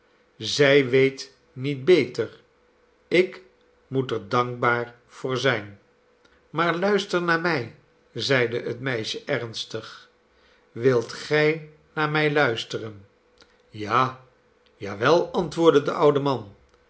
zij weet niet beter ik moest er dankbaar voor zijn maar luister naar mij zeide het meisje ernstig wilt gij naar mij luisteren ja ja wel antwoordde de oude man